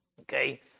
Okay